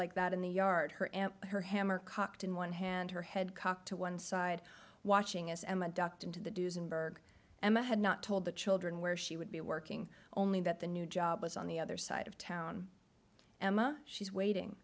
like that in the yard her and her hammer cocked in one hand her head cocked to one side watching as emma ducked into the duesenberg emma had not told the children where she would be working only that the new job was on the other side of town emma she's waiting